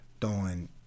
throwing